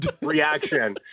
reaction